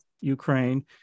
Ukraine